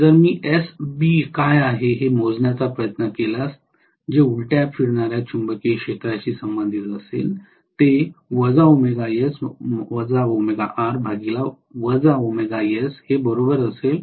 जर मी Sb काय आहे हे मोजण्याचा प्रयत्न केल्यास जे उलट्या फिरणार्या चुंबकीय क्षेत्राशी संबंधित असेल ते असेल